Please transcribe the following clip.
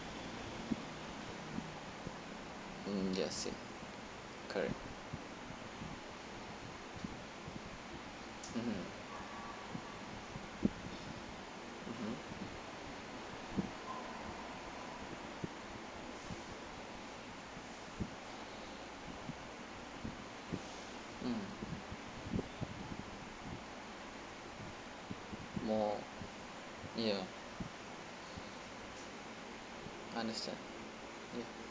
mm ya that's it correct mmhmm mmhmm mm more ya understand ya